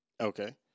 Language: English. Okay